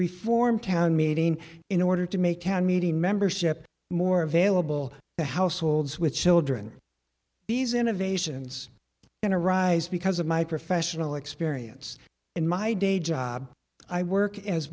town meeting in order to make our meeting membership more available to households with children these innovations and arise because of my professional experience in my day job i work as